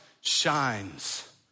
shines